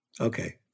okay